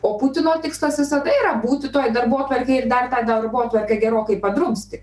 o putino tikslas visada yra būti toj darbotvarkėj ir dar tą darbotvarkę gerokai padrumsti